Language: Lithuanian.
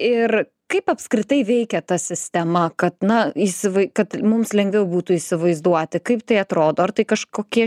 ir kaip apskritai veikia ta sistema kad na įsivai kad mums lengviau būtų įsivaizduoti kaip tai atrodo ar tai kažkokie